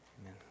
Amen